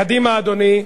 קדימה, אדוני,